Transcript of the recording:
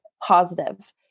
positive